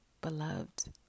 beloved